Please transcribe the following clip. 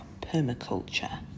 permaculture